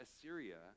Assyria